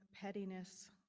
pettiness